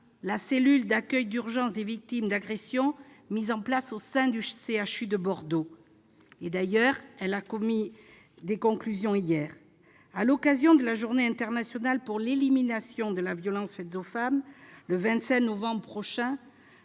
la cellule d'accueil d'urgences des victimes d'agression (Cauva) mise en place au sein du CHU de Bordeaux. Elle a par ailleurs remis ses conclusions hier. À l'occasion de la Journée internationale pour l'élimination de la violence à l'égard des femmes, le 25 novembre prochain,